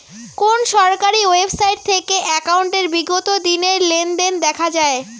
কোন সরকারি ওয়েবসাইট থেকে একাউন্টের বিগত দিনের লেনদেন দেখা যায়?